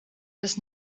das